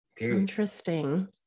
interesting